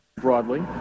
broadly